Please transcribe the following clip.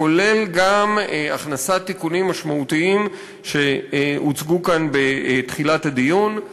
כולל הכנסת תיקונים משמעותיים שהוצגו כאן בתחילת הדיון.